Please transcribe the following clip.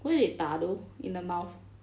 where they 打 though in the mouth